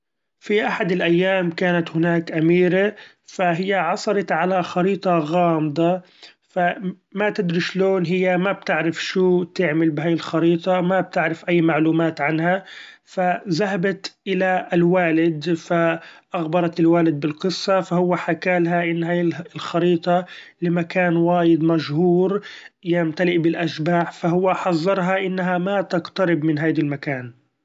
في أحد الأيام كانت هناك أميرة ، ف هي عثرت على خريطة غامضة ف ما تدري اشلون هي ما بتعرف شو تعمل بهي الخريطة؟ ما بتعرف أي معلومات عنها؟ فذهبت الى الوالد فأخبرت الوالد بالقصة، ف هو حكالها إن هي الخريطة لمكان وايد مچهور يمتلئ بالاشباح ، ف هو حذرها إنها ما تقترب من هيدي المكان.